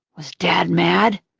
was dad mad?